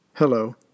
Hello